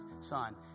son